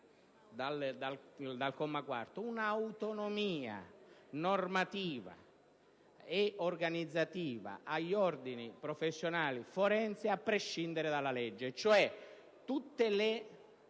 una autonomia normativa e organizzativa agli ordini professionali forensi a prescindere dalla legge.